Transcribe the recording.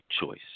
choice